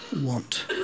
want